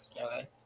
okay